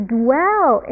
dwell